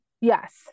yes